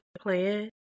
plan